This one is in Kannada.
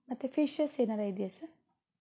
ಮತ್ತೆ ಫಿಶಸ್ ಏನಾರೂ ಇದೆಯಾ ಸರ್